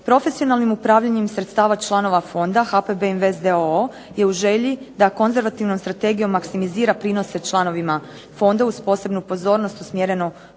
Profesionalnim upravljanjem sredstava članova fonda HPB Invest d.o.o. je u želji da konzervativnom strategijom maksimizira prinose članovima fonda uz posebnu pozornost usmjerenu